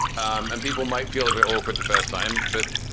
um and people might feel a bit awkward the first time. but,